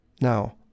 now